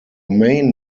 main